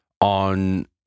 on